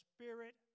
Spirit